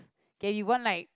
okay you want like